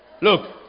Look